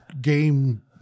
game